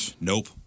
Nope